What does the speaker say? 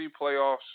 playoffs